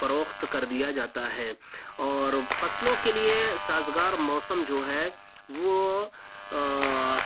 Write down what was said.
فروخت کر دیا جاتا ہے اور فصلوں کے لیے سازگار موسم جو ہے وہ